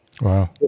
Wow